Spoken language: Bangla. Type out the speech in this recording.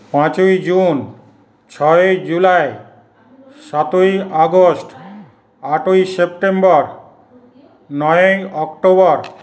পাঁচই জুন ছয়ই জুলাই সাতই আগস্ট আটই সেপ্টেম্বর নয়ই অক্টোবর